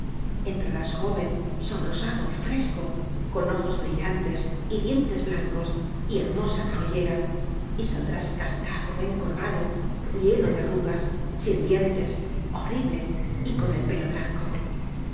entrarás jóven sonrosado fresco con ojos brillantes y dientes blancos y hermosa cabellera y saldrás cascado encorvado lleno de arrugas sin dientes horrible y con el pelo blanco